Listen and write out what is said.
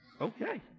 Okay